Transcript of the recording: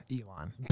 Elon